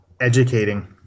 educating